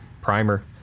primer